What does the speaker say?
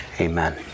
Amen